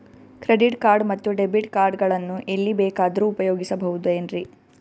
Credit card ಮತ್ತು debit card ಗಳನ್ನು ಎಲ್ಲಿ ಬೇಕಾದ್ರು ಉಪಯೋಗಿಸಬಹುದೇನ್ರಿ?